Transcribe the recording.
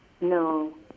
No